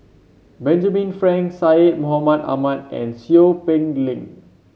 Benjamin Frank Syed Mohamed Ahmed and Seow Peck Leng